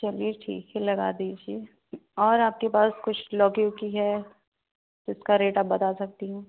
चलिए ठीक है लगा दीजिये और आपके पास कुछ लौकी उकी है तो उसका रेट आप बता सकती हैं